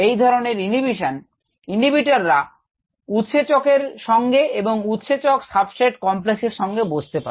এই ধরনের ইনহিভিশনে ইনহিবিটররা উৎসেচক এর সঙ্গে এবং উৎসেচক সাবস্ট্রেট কমপ্লেস এর সঙ্গে বসতে পারে